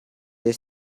they